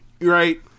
right